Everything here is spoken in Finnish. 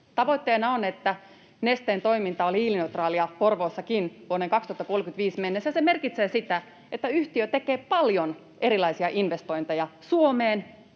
Tavoitteena on, että Nesteen toiminta on hiilineutraalia Porvoossakin vuoteen 2035 mennessä. Se merkitsee sitä, että yhtiö tekee paljon erilaisia investointeja Suomeen